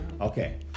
Okay